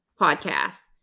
podcast